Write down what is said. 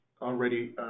already